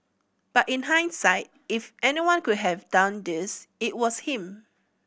but in hindsight if anyone could have done this it was him